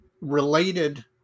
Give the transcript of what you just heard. related